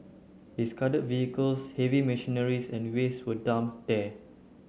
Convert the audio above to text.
discarded vehicles heavy machineries and waste were dumped there